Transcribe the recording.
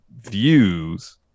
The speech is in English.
views